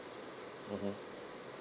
mmhmm